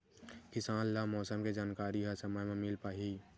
किसान ल मौसम के जानकारी ह समय म मिल पाही?